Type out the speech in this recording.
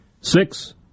six